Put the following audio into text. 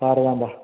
ഭാരതാംബ